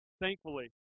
thankfully